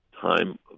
time